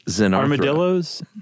armadillos